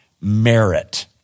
merit